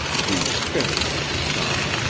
these spinners in the sun.